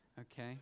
Okay